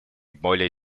более